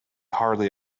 hardly